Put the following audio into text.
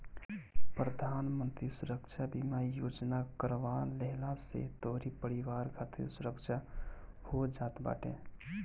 प्रधानमंत्री सुरक्षा बीमा योजना करवा लेहला से तोहरी परिवार खातिर सुरक्षा हो जात बाटे